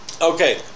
Okay